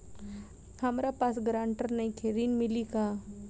हमरा पास ग्रांटर नईखे ऋण मिली का?